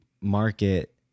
market